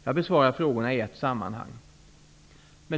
Jag besvarar frågorna i ett sammanhang.